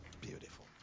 Beautiful